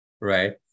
right